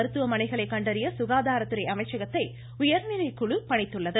மருத்துவமனைகளை கண்டறிய சுகாதாரத்துறை அமைச்சகத்தை இந்த உயர்நிலைக்குழு பணித்துள்ளது